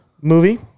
movie